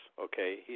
okay